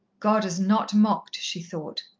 god is not mocked, she thought.